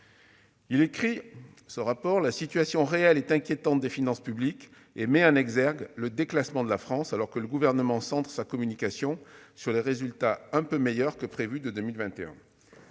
élevés. » Le rapport décrit la situation réelle et inquiétante des finances publiques et met en exergue le déclassement de la France, alors que « le Gouvernement centre sa communication sur les résultats un peu meilleurs que prévu de 2021 ».